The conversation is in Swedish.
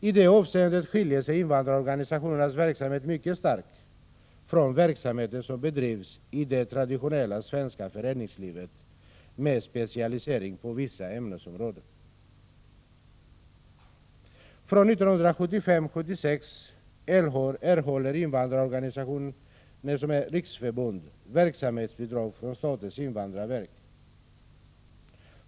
I det avseendet skiljer sig invandrarorganisationernas verksamhet mycket starkt från den verksamhet som bedrivs i det traditionella svenska föreningslivet, med specialisering på vissa ämnesområden. Från budgetåret 1975/76 erhåller invandrarorganisationer som är riksförbund verksamhetsbidrag från statens invandrarverk.